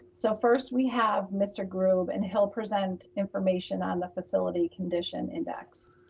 so first we have mr. grube and he'll present information on the facility condition index.